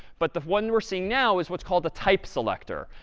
but the one we're seeing now is what's called the type selector.